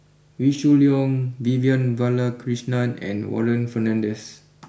Wee Shoo Leong Vivian Balakrishnan and Warren Fernandez